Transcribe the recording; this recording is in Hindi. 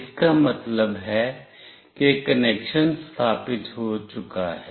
इसका मतलब है कि कनेक्शन स्थापित हो चुका है